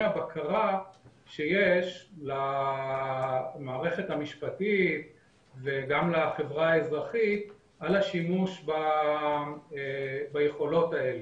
הבקרה שיש למערכת המשפטית וגם לחברה האזרחית על השימוש ביכולות האלה.